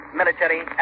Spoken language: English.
military